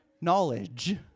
knowledge